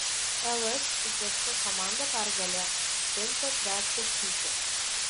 lsžf komanda pergalę šventė trečią sykį